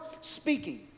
speaking